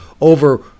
over